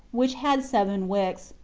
which had seven wicks,